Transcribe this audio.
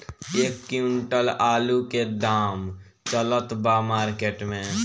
एक क्विंटल आलू के का दाम चलत बा मार्केट मे?